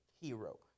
hero